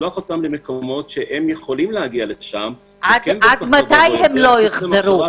לשלוח אותם למקומות שהם יכולים להגיע לשם וכן --- עד מתי הם לא יחזרו?